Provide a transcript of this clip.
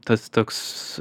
tas toks